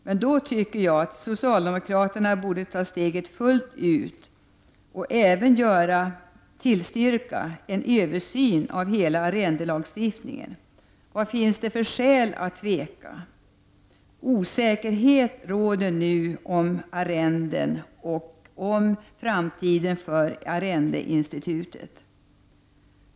Men då tycker jag att socialdemokraterna borde ta steget fullt ut och även tillstyrka en översyn av hela arrendelagstiftningen. Vad finns det för skäl att tveka? Osäkerhet råder nu om arrenden och om framtiden för arrendeinstitutet.